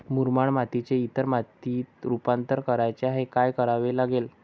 मुरमाड मातीचे इतर मातीत रुपांतर करायचे आहे, काय करावे लागेल?